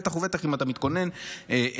בטח ובטח אם אתה מתכונן לרוץ